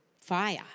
fire